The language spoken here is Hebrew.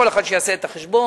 שכל אחד יעשה את החשבון,